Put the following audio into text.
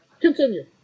Continue